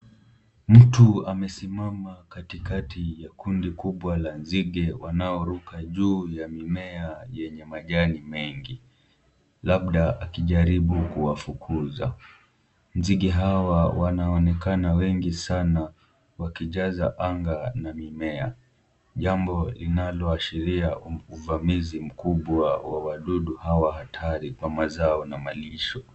Mtu amesimama katikati ya kundi kubwa la nzige wanaoruka juu ya mimea yenye majani mengi, labda akijaribu kuwafukuza, nzige hawa wanaonekana wengi sana wakijaza anga na mimea, jambo linaloashiria uvamizi mkubwa wa wadudu hawa hatari kwa mazao na malisho.